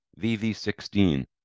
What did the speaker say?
VV16